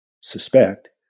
suspect